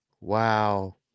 Wow